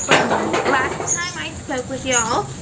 bye everyone. last time i spoke with y'all,